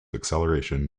acceleration